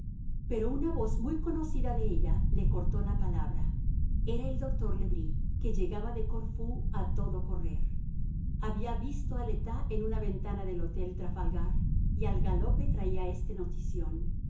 pero una voz muy conocida de ella le cortó la palabra era el doctor le bris que llegaba de corfú a todo correr había visto a le tas en una ventana del hotel trafalgar y al galope traía este notición